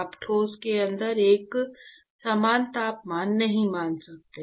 आप ठोस के अंदर एक समान तापमान नहीं मान सकते